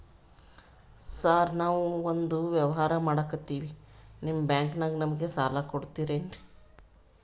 Sir ನಾವು ಒಂದು ವ್ಯವಹಾರ ಮಾಡಕ್ತಿವಿ ನಿಮ್ಮ ಬ್ಯಾಂಕನಾಗ ನಮಿಗೆ ಸಾಲ ಕೊಡ್ತಿರೇನ್ರಿ?